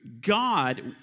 God